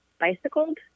bicycled